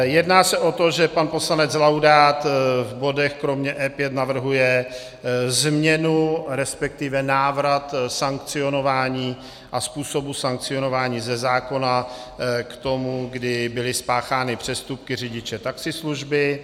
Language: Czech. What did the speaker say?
Jedná se o to, že pan poslanec Laudát v bodech kromě E5 navrhuje změnu, resp. návrat sankcionování a způsobu sankcionování ze zákona k tomu, kdy byly spáchány přestupky řidiče taxislužby.